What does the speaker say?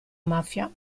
mafia